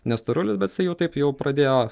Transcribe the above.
ne storulis bet jisai jau taip jau pradėjo